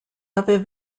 other